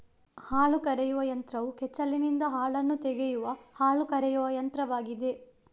ಹಾಲು ಕರೆಯುವ ಯಂತ್ರವು ಕೆಚ್ಚಲಿನಿಂದ ಹಾಲನ್ನು ತೆಗೆಯುವ ಹಾಲು ಕರೆಯುವ ಯಂತ್ರವಾಗಿದೆ